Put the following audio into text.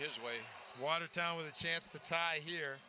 his way watertown with a chance to tie here